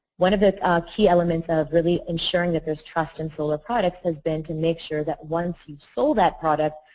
one of the key elements of really ensuring that there's trust in solar products has been to make sure that once we sold that product,